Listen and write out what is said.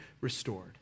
restored